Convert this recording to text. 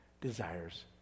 desires